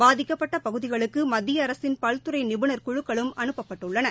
பாதிக்கப்பட்ட பகுதிகளுக்கு மத்திய அரசின் பல்துறை நிபுணர் குழுக்களும் அனுப்பப்பட்டுள்ளன